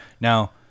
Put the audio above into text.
now